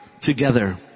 together